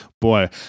Boy